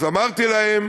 אמרתי להם